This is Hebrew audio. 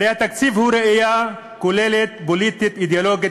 הרי התקציב הוא ראייה כוללת פוליטית-אידיאולוגית